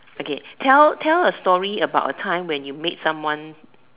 okay tell tell a story about a time when you made someone